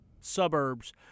suburbs